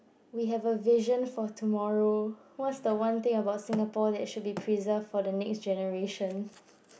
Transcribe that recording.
we have a vision for tomorrow what's the one thing about Singapore that should be preserved for the next generation